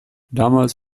damals